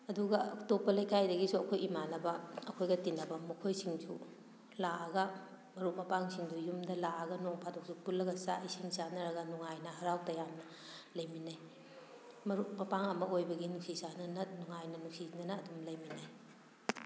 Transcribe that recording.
ꯑꯗꯨꯒ ꯑꯇꯣꯞꯄ ꯂꯩꯀꯥꯏꯗꯒꯤꯁꯨ ꯑꯩꯈꯣꯏ ꯏꯃꯥꯟꯅꯕ ꯑꯩꯈꯣꯏꯒ ꯇꯤꯟꯅꯕ ꯃꯈꯣꯏꯁꯤꯡꯁꯨ ꯂꯥꯛꯑꯒ ꯃꯔꯨꯞ ꯃꯄꯥꯡꯁꯤꯡꯗꯨ ꯌꯨꯝꯗ ꯂꯥꯛꯑꯒ ꯅꯣꯡ ꯐꯥꯗꯣꯛꯁꯨ ꯄꯨꯜꯂꯒ ꯆꯥꯛ ꯏꯁꯤꯡ ꯆꯥꯟꯅꯔꯒ ꯅꯨꯡꯉꯥꯏꯅ ꯍꯥꯔꯥꯎ ꯇꯥꯌꯥꯝꯅ ꯂꯩꯃꯤꯟꯅꯩ ꯃꯔꯨꯞ ꯃꯄꯥꯡ ꯑꯃ ꯑꯣꯏꯕꯒꯤ ꯅꯨꯡꯁꯤ ꯆꯥꯟꯅꯅ ꯅꯨꯡꯉꯥꯏꯅ ꯅꯨꯡꯁꯤꯅꯅ ꯑꯗꯨꯝ ꯂꯩꯃꯤꯟꯅꯩ